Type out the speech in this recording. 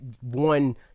one